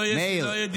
לא יהיה פה דיון.